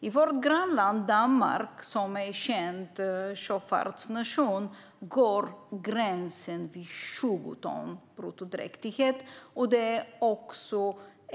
I vårt grannland Danmark, en känd sjöfartsnation, går gränsen vid 20 ton bruttodräktighet.